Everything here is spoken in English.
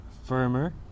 firmer